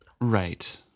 Right